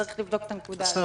צריך לבדוק את הנקודה הזאת.